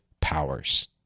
powers